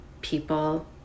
people